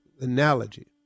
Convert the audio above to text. analogy